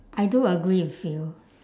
I do agree with you